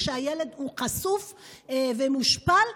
כשהילד חשוף ומושפל?